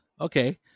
Okay